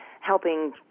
helping